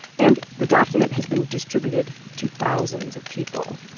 and the document has been distributed to thousands of people.